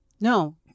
no